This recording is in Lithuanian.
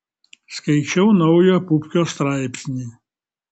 skaičiau naują pupkio straipsnį